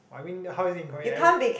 I mean how is it inconvenient every